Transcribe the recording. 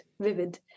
vivid